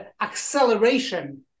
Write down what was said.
acceleration